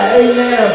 amen